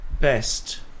best